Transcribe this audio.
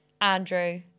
Andrew